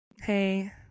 Hey